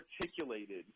articulated